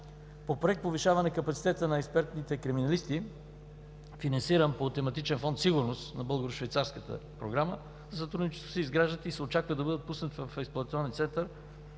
По Проект „Повишаване капацитета на експертните криминалисти“, финансиран по тематичен Фонд „Сигурност“ на българо-швейцарската програма за сътрудничество, се изграждат и се очаква да бъдат пуснати в експлоатационен център